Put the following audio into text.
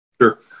Sure